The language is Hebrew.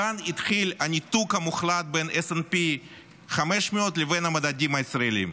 כאן התחיל הניתוק המוחלט בין S&P 500 לבין המדדים הישראלים.